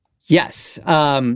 Yes